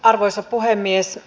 arvoisa puhemies